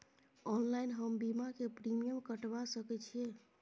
Online हम बीमा के प्रीमियम कटवा सके छिए?